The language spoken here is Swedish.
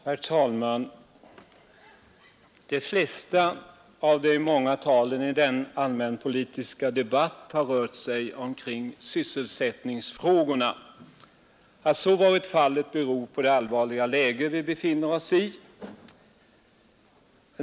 Herr talman! De flesta av de många talen i denna allmänpolitiska debatt har rört sig omkring sysselsättningsfrågorna. Att så varit fallet beror på det allvarliga läge vi befinner oss i.